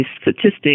statistics